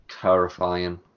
Terrifying